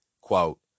Quote